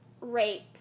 rape